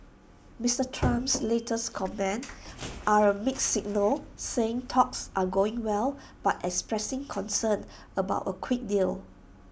Mister Trump's latest comments are A mixed signal saying talks are going well but expressing concern about A quick deal